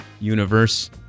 universe